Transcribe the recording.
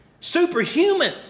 Superhuman